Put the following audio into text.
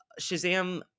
Shazam